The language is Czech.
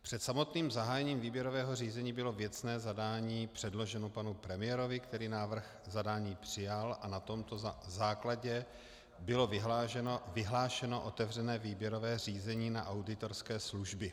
Před samotným zahájením výběrového řízení bylo věcné zadání předloženo panu premiérovi, který návrh zadání přijal, a na tomto základě bylo vyhlášeno otevřené výběrové řízení na auditorské služby.